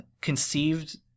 conceived